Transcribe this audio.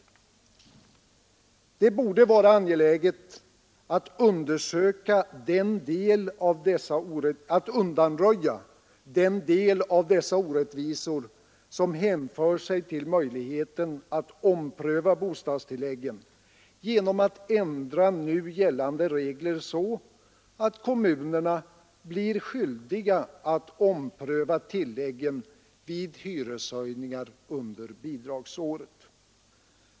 Det borde vara angeläget att undanröja den del av dessa orättvisor som hänför sig till möjligheten att ompröva bostadstilläggen genom att ändra nu gällande regler så att kommunerna blir skyldiga att ompröva tilläggen vid hyreshöjningar under bidragsåret.